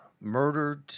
murdered